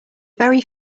very